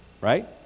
right